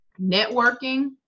networking